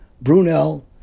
Brunel